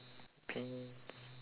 depends